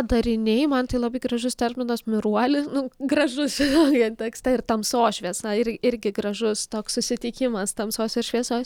dariniai man tai labai gražus terminas miruoli nu gražus jo tekste ir tamsošviesa ir irgi gražus toks susitikimas tamsos ir šviesos